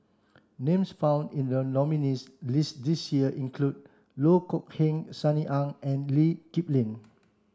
names found in the nominees' list this year include Loh Kok Heng Sunny Ang and Lee Kip Lin